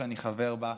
שאני חבר בה,